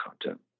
content